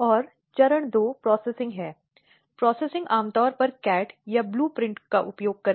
इसलिए कोई भी आचरण जो महिलाओं को आत्महत्या करने के लिए प्रेरित करता है या महिलाओं की गंभीर चोट